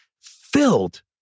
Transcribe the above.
filled